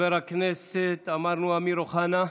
חבר הכנסת אמיר אוחנה,